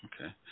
Okay